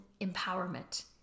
empowerment